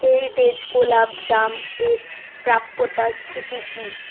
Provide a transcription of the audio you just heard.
heritage গোলাপজাম এর প্রাপ্যতার স্থিতি কি